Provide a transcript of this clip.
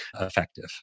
effective